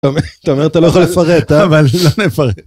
ת'אומר אתה לא יכול לפרט אבל.